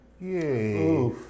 Yay